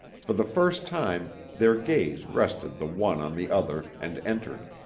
for the first time their gaze rested the one on the other and entered.